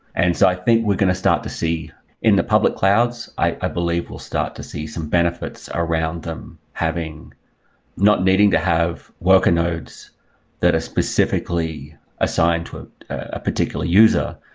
and so i think we're going to start to see in the public clouds, i believe we'll start to see some benefits around them, having not needing to have worker nodes that are specifically assigned to ah a particular user.